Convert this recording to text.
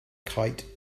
kite